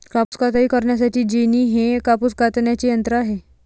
कापूस कताई करण्यासाठी जेनी हे कापूस कातण्याचे यंत्र आहे